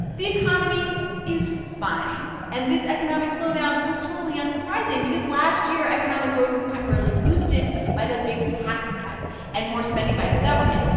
the economy is fine. and this economic slowdown was totally unsurprising because last year, economic growth was temporarily boosted by that big tax cut and more spending by the government.